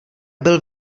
byl